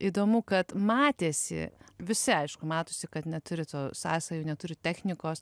įdomu kad matėsi visi aišku matosi kad neturi tų sąsajų neturi technikos